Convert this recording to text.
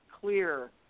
clear